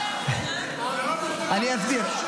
אסביר.